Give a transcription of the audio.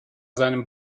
seinem